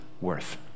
worth